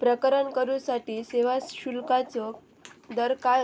प्रकरण करूसाठी सेवा शुल्काचो दर काय